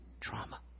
trauma